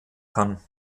kann